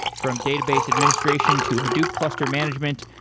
from database administration, to hadoop cluster management,